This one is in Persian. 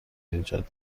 ایجاد